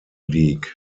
league